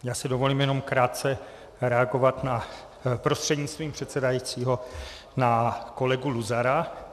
Já si dovolím jenom krátce reagovat prostřednictvím předsedajícího na kolegu Luzara.